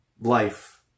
life